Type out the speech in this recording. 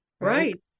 right